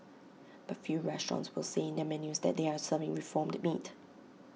but few restaurants will say in their menus that they are serving reformed meat